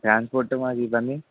transport మరి ఇవన్నీ